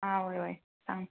आं वोय वोय सांग